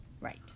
Right